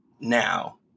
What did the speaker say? now